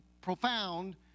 profound